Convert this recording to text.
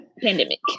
pandemic